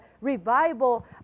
revival